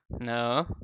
No